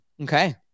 Okay